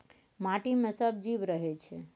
माटि मे सब जीब रहय छै